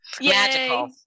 Magical